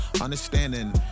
Understanding